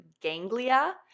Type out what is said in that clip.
ganglia